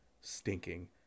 stinking